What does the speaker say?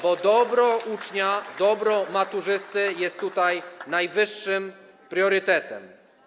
Bo dobro ucznia, dobro maturzysty jest tutaj najwyższym priorytetem.